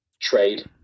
trade